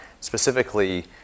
specifically